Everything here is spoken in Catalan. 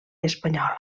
espanyola